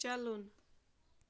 چَلُن